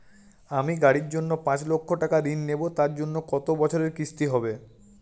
আমি গাড়ির জন্য পাঁচ লক্ষ টাকা ঋণ নেবো তার জন্য কতো বছরের কিস্তি হবে?